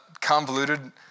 convoluted